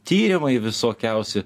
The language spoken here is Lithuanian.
tyrimai visokiausi